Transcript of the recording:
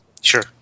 Sure